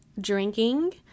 drinking